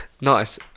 Nice